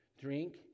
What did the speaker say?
drink